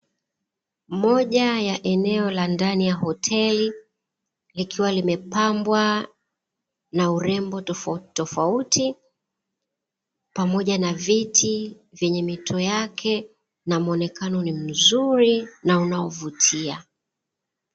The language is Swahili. Moja ya eneo la ndani ya hoteli, likiwa limepambwa na urembo tofautitofauti, pamoja na viti vyenye mito yake na muonekano ni mzuri na unaovutia.